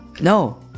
No